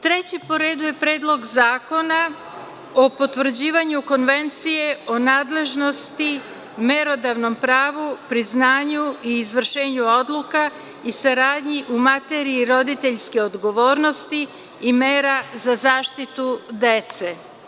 Treći po redu je Predlog zakona o potvrđivanju Konvencije o nadležnosti merodavnom pravu, priznanju i izvršenju odluka i saradnji u materiji roditeljske odgovornosti i mera za zaštitu dece.